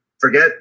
forget